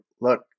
look